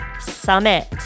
Summit